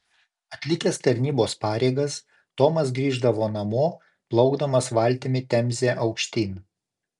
atlikęs tarnybos pareigas tomas grįždavo namo plaukdamas valtimi temze aukštyn